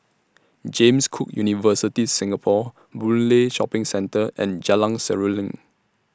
James Cook University Singapore Boon Lay Shopping Centre and Jalan Seruling